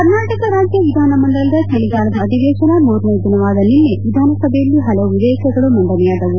ಕರ್ನಾಟಕ ರಾಜ್ಯ ವಿಧಾನಮಂಡಲದ ಚಳಿಗಾಲದ ಅಧಿವೇಶನದ ಮೂರನೆಯ ದಿನವಾದ ನಿನ್ನೆ ವಿಧಾನಸಭೆಯಲ್ಲಿ ಹಲವು ವಿಧೇಯಕಗಳು ಮಂಡನೆಯಾದವು